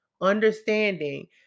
understanding